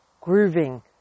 grooving